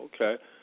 Okay